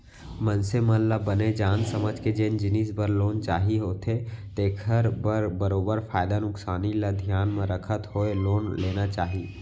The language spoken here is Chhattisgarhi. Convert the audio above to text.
मनसे मन ल बने जान समझ के जेन जिनिस बर लोन चाही होथे तेखर बर बरोबर फायदा नुकसानी ल धियान म रखत होय लोन लेना चाही